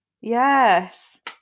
Yes